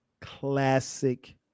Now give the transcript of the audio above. classic